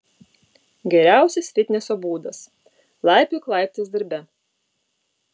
geriausias fitneso būdas laipiok laiptais darbe